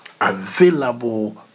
available